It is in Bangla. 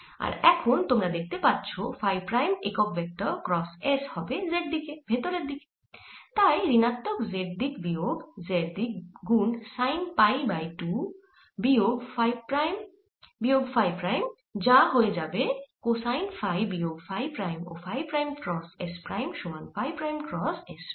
আর এখন তোমরা দেখতে পাচ্ছো ফাই প্রাইম একক ভেক্টর ক্রস s হবে z দিকে ভেতরের দিকে তাই ঋণাত্মক z দিক বিয়োগ z দিক গুন সাইন পাই বাই 2 বিয়োগ ফাই বিয়োগ ফাই প্রাইম যা হয়ে যাবে কোসাইন ফাই বিয়োগ ফাই প্রাইম ও phi prime cross s prime সমান phi prime cross s prime